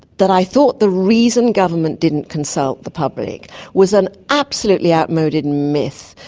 that i thought the reason government didn't consult the public was an absolutely outmoded myth,